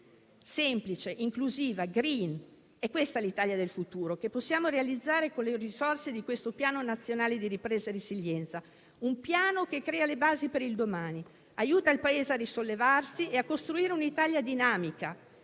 Semplice, inclusiva e *green:* questa è l'Italia del futuro che possiamo realizzare con le risorse di questo Piano nazionale di ripresa e resilienza, il quale crea le basi per il domani e aiuta il Paese a risollevarsi e a costruire un'Italia dinamica